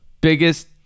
biggest